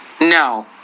no